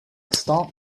start